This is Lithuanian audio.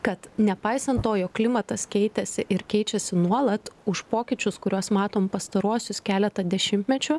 kad nepaisant to jog klimatas keitėsi ir keičiasi nuolat už pokyčius kuriuos matom pastaruosius keletą dešimtmečių